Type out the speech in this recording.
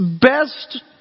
Best